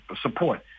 support